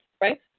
Right